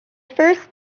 first